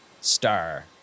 Star